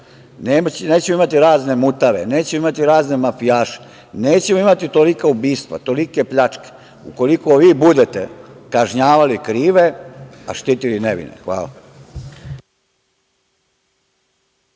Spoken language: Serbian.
nećemo imati razne mutave, nećemo imati razne mafijaše, nećemo imati tolika ubistva, tolike pljačke ukoliko vi budete kažnjavali krive, a štitili nevine. Hvala.